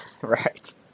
right